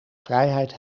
vrijheid